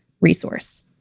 resource